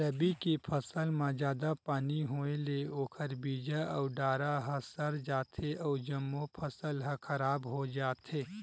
रबी के फसल म जादा पानी होए ले ओखर बीजा अउ डारा ह सर जाथे अउ जम्मो फसल ह खराब हो जाथे